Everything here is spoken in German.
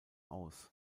aus